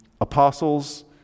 apostles